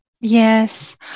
yes